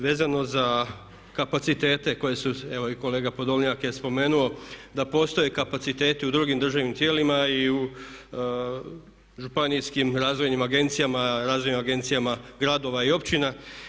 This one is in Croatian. Vezano za kapacitete koji su, evo i kolega Podolnjak je spomenuo da postoje kapaciteti u drugim državnim tijelima i u županijskim razvojnim agencijama, razvojnim agencijama gradova i općina.